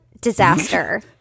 disaster